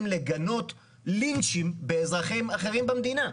לגנות לינצ'ים באזרחים אחרים במדינה?